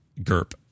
GURP